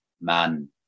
Man